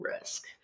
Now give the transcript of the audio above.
risk